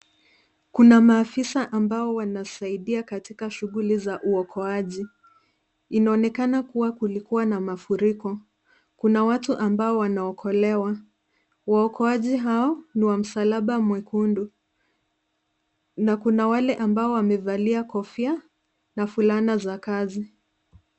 Kuna maafisa ambao wanasaidia katika shughuli za uokoaji, inaonekana kuwa kulikuwa na mafuriko. Kuna watu ambao wanaokolewa. uokoaji wao ni wa msalaba mwekundu na kuna wale ambao wamevalia kofia na fulana za kazi.